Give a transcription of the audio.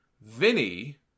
Vinny